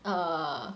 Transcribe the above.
err